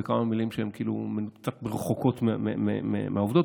בכמה מילים שרחוקות מהעובדות,